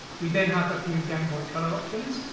we then have a few gameboy color options.